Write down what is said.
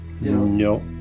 No